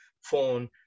phone